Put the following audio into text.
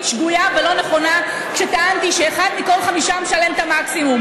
שגויה ולא נכונה כשטענתי שאחד מכל חמישה משלם את המקסימום.